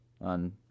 on